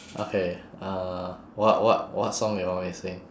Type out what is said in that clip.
okay uh what what what song you want me to sing